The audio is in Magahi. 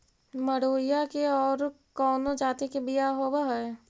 मडूया के और कौनो जाति के बियाह होव हैं?